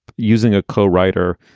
using a co-writer.